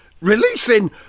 Releasing